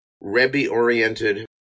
Rebbe-oriented